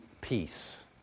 peace